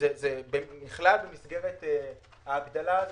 נכלל במסגרת ההגדרה הזאת?